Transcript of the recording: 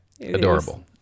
Adorable